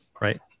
Right